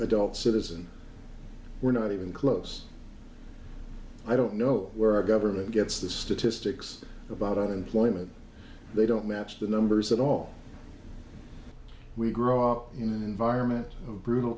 adult citizen we're not even close i don't know where our government gets the statistics about unemployment they don't match the numbers at all we grow up in an environment of brutal